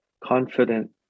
confident